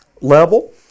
level